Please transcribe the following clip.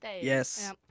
Yes